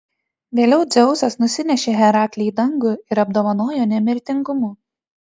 vėliau dzeusas nusinešė heraklį į dangų ir apdovanojo nemirtingumu